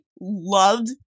loved